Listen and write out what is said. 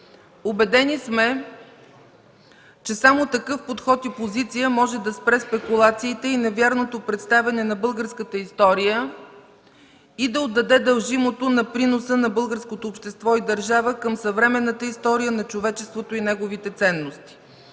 Убедени сме, че само такъв подход и позиция може да спре спекулациите и невярното представяне на българската история и да отдаде дължимото на приноса на българското общество и държава към съвременната история на човечеството и неговите ценности.